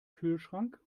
kühlschrank